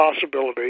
possibility